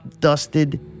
dusted